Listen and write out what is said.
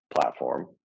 platform